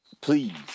please